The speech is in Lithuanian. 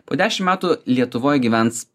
po dešimt metų lietuvoj gyvens